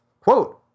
quote